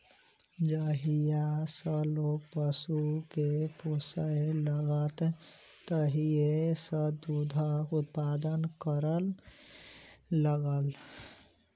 जहिया सॅ लोक पशु के पोसय लागल तहिये सॅ दूधक उत्पादन करय लागल